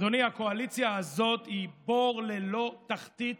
אדוני, הקואליציה הזאת היא בור ללא תחתית